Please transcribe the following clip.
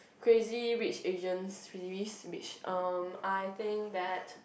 Crazy Rich Asian series which um I think that